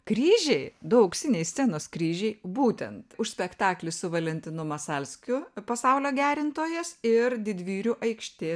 kryžiai du auksiniai scenos kryžiai būtent už spektaklį su valentinu masalskiu pasaulio gerintojas ir didvyrių aikštė